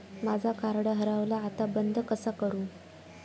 माझा कार्ड हरवला आता बंद कसा करू?